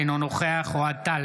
אינו נוכח אוהד טל,